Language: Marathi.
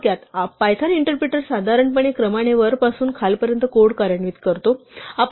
थोडक्यात पायथन इंटरप्रिटर साधारणपणे क्रमाने वरपासून खालपर्यंत कोड कार्यान्वित करतो